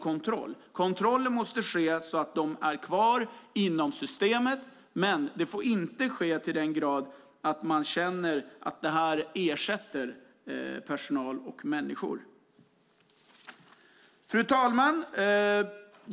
Kontroller måste ske så att dessa unga finns kvar inom systemet, men det får inte ske så till den grad att man känner att det här ersätter personal, människor. Fru talman!